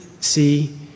see